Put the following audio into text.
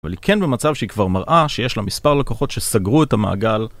אבל היא כן במצב שהיא כבר מראה שיש לה מספר לקוחות שסגרו את המעגל